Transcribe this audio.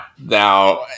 Now